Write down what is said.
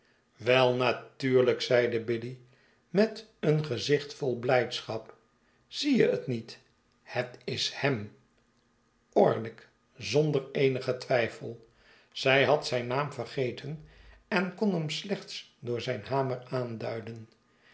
wei natuurlijk zeide biddy met een gezichtvolblijdschap ziejehetniet het is hem orlick zonder eenigen twijfel zij had zijn naam vergeten en kon hem slechts door zijn hamer aanduiden